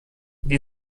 die